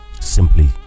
simply